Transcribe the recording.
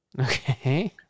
Okay